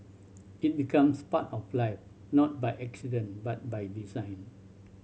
it becomes part of life not by accident but by design